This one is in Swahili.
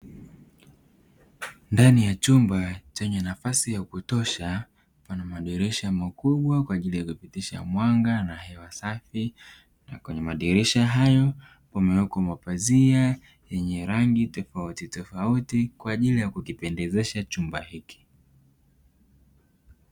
Ndani ya chumba chenye nafasi ya kutosha pana madirisha makubwa kwa ajili ya kupitisha mwanga na hewa safi. Na kwenye madirisha hayo kumewekwa mapazia yenye rangi tofautitofauti kwa ajili ya kukipendezesha chumba hicho.